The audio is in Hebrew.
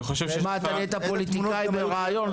נהיית פוליטיקאי בראיון?